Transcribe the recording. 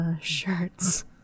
shirts